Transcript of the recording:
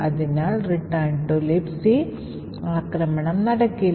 അതിനാൽ return to lib ആക്രമണം നടക്കില്ല